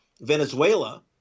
Venezuela